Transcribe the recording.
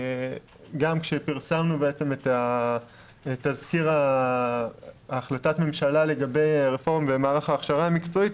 גם כשפרסמנו את תזכיר החלטת הממשלה לגבי רפורמה במערך ההכשרה המקצועית,